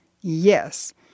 Yes